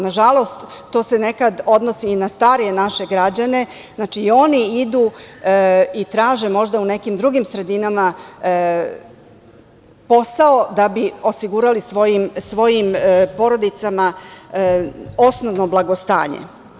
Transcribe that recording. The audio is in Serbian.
Nažalost, to se nekad odnosi i na starije naše građane, znači i oni idu i traže možda u nekim drugim sredinama posao da bi osigurali svojim porodicama osnovno blagostanje.